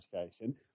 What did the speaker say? education